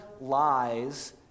lies